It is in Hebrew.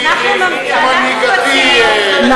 אני לא רוצה להתווכח עם חברתי, מנהיגתי, רגב.